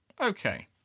Okay